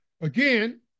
Again